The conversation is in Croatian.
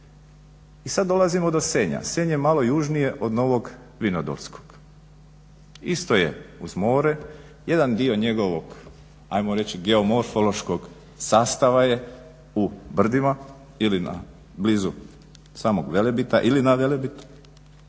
I sad dolazimo do Senja, Senj je malo južnije od Novog vinodolskog, isto je uz more, jedan dio njegovog ajmo reći geomorfološkog sastava je u brdima ili blizu samog Velebita, ili na Velebitu